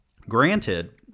granted